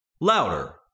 louder